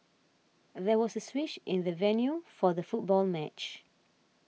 there was a switch in the venue for the football match